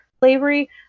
slavery